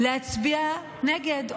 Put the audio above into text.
להצביע נגד,